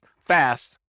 fast